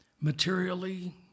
materially